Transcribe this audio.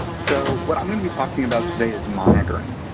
so what i'm going to be talking about today is monitoring,